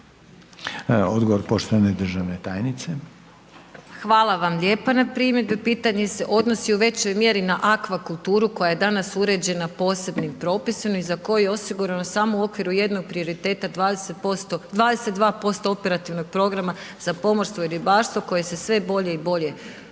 odgovor poštovane državne tajnice. **Vučković, Marija** Hvala vam lijepa na primjedbi, pitanje se odnosi u većoj mjeri na Akvakulturu koja je danas uređena posebnim propisima i za koju je osigurano samo u okviru jednog prioriteta, 22% operativnog programa za pomorstvo i ribarstvo koje se sve bolje i bolje troši.